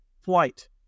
flight